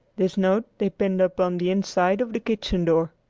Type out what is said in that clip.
this note they pinned upon the inside of the kitchen door.